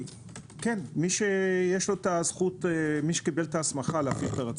הנמל, מי שיש לו ההסמכה להפעיל את הרציף.